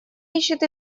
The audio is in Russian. ищет